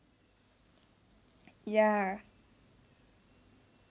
ya